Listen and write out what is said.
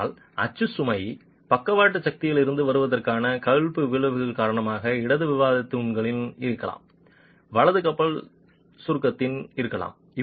ஆனால் அச்சு சுமை அச்சு சுமை பக்கவாட்டு சக்தியிலிருந்து வருவதற்கான கவிழ்ப்பு விளைவு காரணமாக இடது வாராவதித் தூண் இருக்கலாம் வலது கப்பல் சுருக்கத்தில் இருக்கலாம்